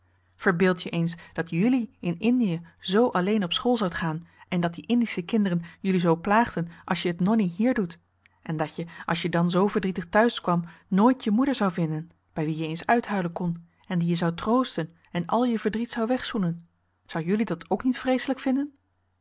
verbeeldt je eens dat jullie in indië zoo alleen op school zoudt gaan en dat die indische kinderen jullie zoo plaagden als je het nonnie hier doet en dat je als je dan zoo verdrietig thuis kwam nooit je moeder zou vinden bij wie je eens uithuilen kon en die je zou troosten en al je verdriet zou wegzoenen zou jullie dat ook niet vreeselijk vinden